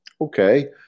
okay